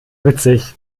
witzig